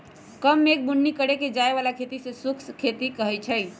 कम मेघ बुन्नी के करे जाय बला खेती के शुष्क खेती कहइ छइ